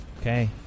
Okay